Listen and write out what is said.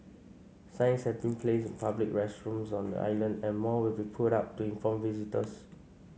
signs have been placed in public restrooms on the island and more will be put up to inform visitors